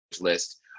list